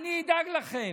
אני אדאג לכם.